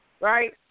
right